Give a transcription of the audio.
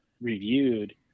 reviewed